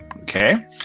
Okay